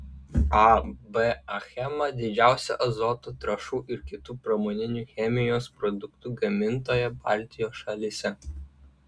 ab achema didžiausia azoto trąšų ir kitų pramoninių chemijos produktų gamintoja baltijos šalyse